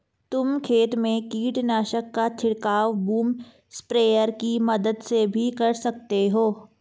तुम खेत में कीटनाशक का छिड़काव बूम स्प्रेयर की मदद से भी कर सकते हो